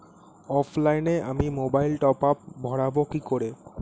অফলাইনে আমি মোবাইলে টপআপ ভরাবো কি করে?